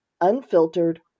unfiltered